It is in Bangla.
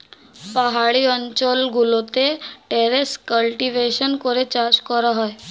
পাহাড়ি অঞ্চল গুলোতে টেরেস কাল্টিভেশন করে চাষ করা হয়